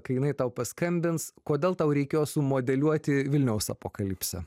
kai jinai tau paskambins kodėl tau reikėjo sumodeliuoti vilniaus apokalipsę